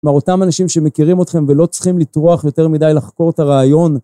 כלומר, אותם אנשים שמכירים אתכם ולא צריכים לטרוח יותר מדי לחקור את הרעיון.